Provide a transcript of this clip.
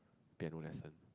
piano lesson